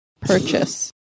purchase